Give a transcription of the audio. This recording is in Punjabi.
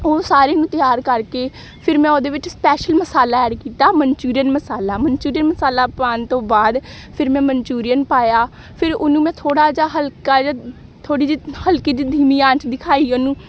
ਉਹ ਸਾਰੇ ਨੂੰ ਤਿਆਰ ਕਰਕੇ ਫਿਰ ਮੈਂ ਉਹਦੇ ਵਿੱਚ ਸਪੈਸ਼ਲ ਮਸਾਲਾ ਐਡ ਕੀਤਾ ਮਨਚੂਰੀਅਨ ਮਸਾਲਾ ਮਨਚੂਰੀਅਨ ਮਸਾਲਾ ਪਾਣ ਤੋਂ ਬਾਅਦ ਫਿਰ ਮੈਂ ਮਨਚੂਰੀਅਨ ਪਾਇਆ ਫਿਰ ਉਹਨੂੰ ਮੈਂ ਥੋੜ੍ਹਾ ਜਿਹਾ ਹਲਕਾ ਥੋੜ੍ਹੀ ਜਿਹੀ ਹਲਕੀ ਜੀ ਧੀਮੀ ਆਂਚ ਦਿਖਾਈ ਉਹਨੂੰ